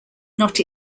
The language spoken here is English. not